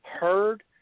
heard